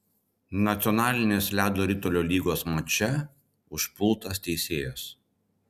nacionalinės ledo ritulio lygos mače užpultas teisėjas